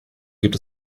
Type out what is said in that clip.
gibt